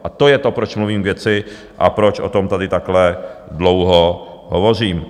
A to je to, proč mluvím k věci a proč o tom tady takhle dlouho hovořím.